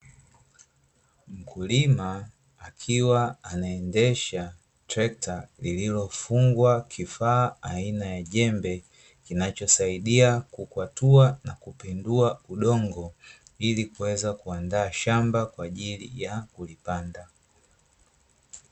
Mkulima akiwa anaendesha trekta lililofungwa kifaa aina ya jembe, kinachosaidia kukwatua na kupindua udongo ili kuweza kuandaa shamba kwa ajili ya kulipanda.